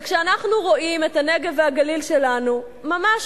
וכשאנחנו רואים את הנגב והגליל שלנו ממש